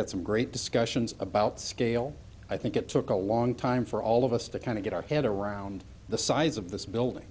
had some great discussions about scale i think it took a long time for all of us to kind of get our head around the size of this building